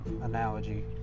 analogy